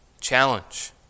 Challenge